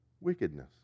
wickedness